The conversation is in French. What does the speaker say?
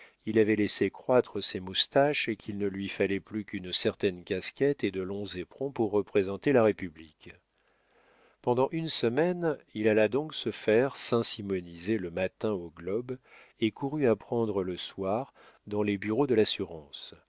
il avait laissé croître ses moustaches et qu'il ne lui fallait plus qu'une certaine casquette et de longs éperons pour représenter la république pendant une semaine il alla donc se faire saint simoniser le matin au globe et courut apprendre le soir dans les bureaux de l'assurance